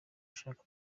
ushaka